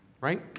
right